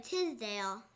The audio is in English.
Tisdale